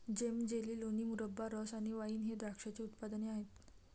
जेम, jelly, लोणी, मुरब्बा, रस आणि वाइन हे द्राक्षाचे उत्पादने आहेत